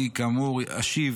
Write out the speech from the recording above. אני, כאמור, אשיב